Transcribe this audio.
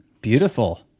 Beautiful